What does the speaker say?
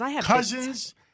Cousins